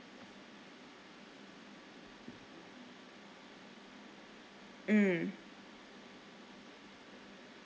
mm